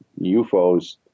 UFOs